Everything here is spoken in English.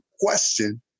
question